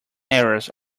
areas